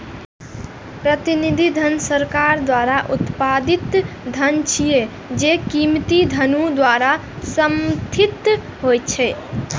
प्रतिनिधि धन सरकार द्वारा उत्पादित धन छियै, जे कीमती धातु द्वारा समर्थित होइ छै